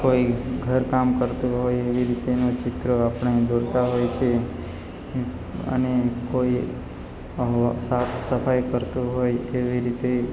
કોઈ ઘરકામ કરતું હોય એવી રીતેનું ચિત્ર આપણે દોરતા હોય છે અને કોઈ સાફ સફાઈ કરતો હોય એવી રીતે